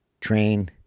train